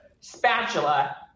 Spatula